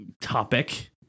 topic